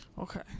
Okay